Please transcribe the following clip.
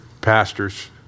pastors